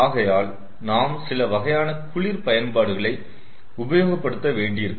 ஆகையால் நாம் சிலவகையான குளிர் பயன்பாடுகளை உபயோகப்படுத்த வேண்டியிருக்கும்